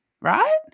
right